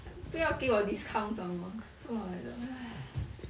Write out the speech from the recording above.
and 不要给我 discount some more 什么来的哎